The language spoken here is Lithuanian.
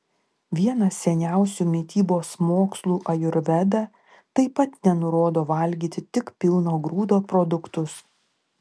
vienas seniausių mitybos mokslų ajurveda taip pat nenurodo valgyti tik pilno grūdo produktus